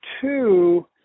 two